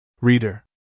reader